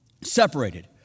Separated